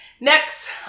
Next